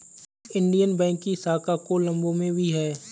Indian bank की शाखा कोलम्बो में भी है